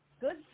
good